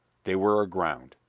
they were aground.